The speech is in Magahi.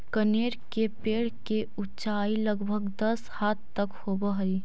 कनेर के पेड़ के ऊंचाई लगभग दस हाथ तक होवऽ हई